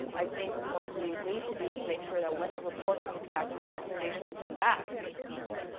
um i think what we need to do is make sure when the report comes back and the recommendations come back